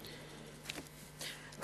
חבר הכנסת בן-סימון.